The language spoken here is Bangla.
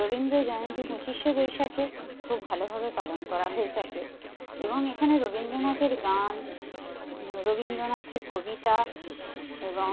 রবীন্দ্র জয়ন্তী পঁচিশে বৈশাখে খুব ভালোভাবে পালন করা হয়ে থাকে এবং এখানে রবীন্দ্রনাথের গান রবীন্দ্রনাথের কবিতা এবং